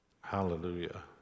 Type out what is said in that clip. Hallelujah